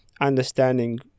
understanding